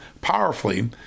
powerfully